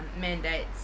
mandates